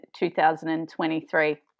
2023